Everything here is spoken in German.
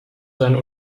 seine